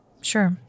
Sure